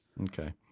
Okay